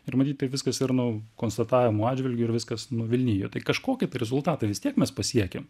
ir matyt tai viskas ir nu konstatavimo atžvilgiu ir viskas nuvilnijo tai kažkokio tai rezultato vis tiek mes pasiekėm